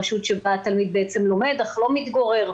רשות שבה התלמיד לומד אך לא מתגורר.